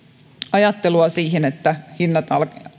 ajattelua siitä että hinnat